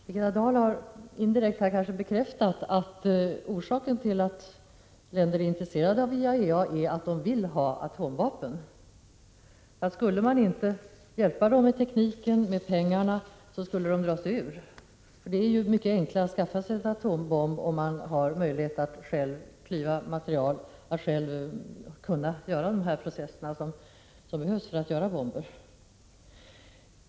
Herr talman! Birgitta Dahl har här indirekt bekräftat att orsakerna till att länder är intresserade av IAEA är att de vill ha atomvapen, för skulle man inte hjälpa dem med tekniken och med pengarna så skulle de dra sig ur. Det är ju mycket enklare att skaffa sig en atombomb om man själv har möjlighet att klyva materia och behärskar de processer som behövs för att göra bomber.